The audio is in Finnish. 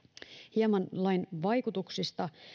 hieman lain vaikutuksista